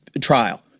trial